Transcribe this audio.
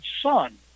son